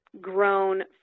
grown